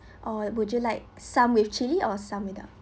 or would you like some with chilli or some without